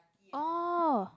!oh!